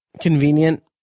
convenient